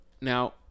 now